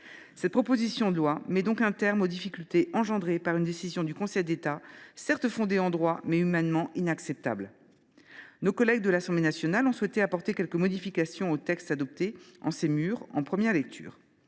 Cette proposition de loi met donc un terme aux difficultés engendrées par une décision du Conseil d’État, certes fondée en droit, mais humainement inacceptable. Nos collègues de l’Assemblée nationale ont souhaité apporter quelques modifications au texte adopté en ces murs en première lecture